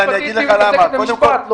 היועצת המשפטית מתעסקת במשפט.